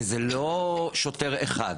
וזה לא שוטר אחד.